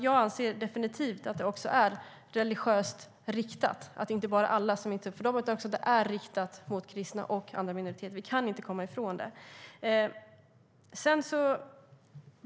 Jag anser alltså att det definitivt är religiöst betingat. Det är riktat mot kristna och andra minoriteter. Vi kan inte komma ifrån det.